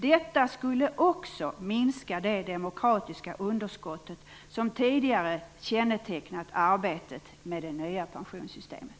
Detta skulle också minska det demokratiska underskott som tidigare kännetecknat arbetet med det nya pensionssystemet.